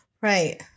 Right